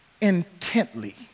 intently